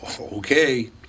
okay